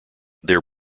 their